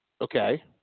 Okay